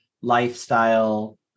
lifestyle